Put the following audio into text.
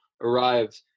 arrived